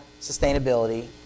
sustainability